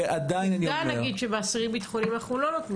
עובדה שלאסירים ביטחוניים אנחנו לא נותנים.